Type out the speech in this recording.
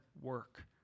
work